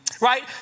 right